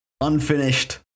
unfinished